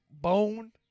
bone